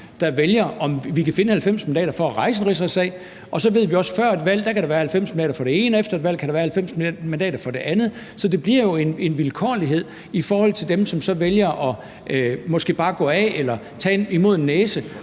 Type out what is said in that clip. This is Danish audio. der ser, om vi kan finde 90 mandater for at rejse en rigsretssag, og så ved vi også, at før et valg kan der være 90 mandater for det ene, og at efter et valg kan der være 90 mandater for det andet. Så der bliver jo en vilkårlighed i forhold til dem, som så vælger måske bare at gå af eller tage imod en næse